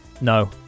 No